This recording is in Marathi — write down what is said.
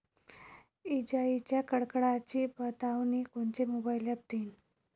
इजाइच्या कडकडाटाची बतावनी कोनचे मोबाईल ॲप देईन?